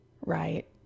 right